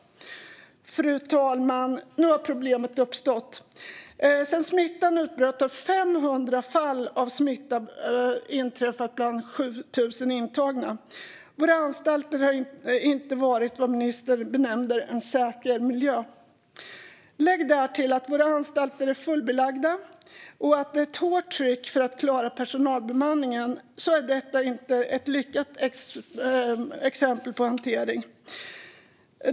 Fru talman! Nu har problemet uppstått. Sedan smittan utbröt har 500 fall av smitta inträffat bland 7 000 intagna. Våra anstalter har inte varit vad ministern benämnde en säker miljö. Lägg därtill att våra anstalter är fullbelagda och att det är ett hårt tryck för att klara personalbemanningen. Då är detta inte ett lyckat exempel på hantering.